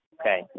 Okay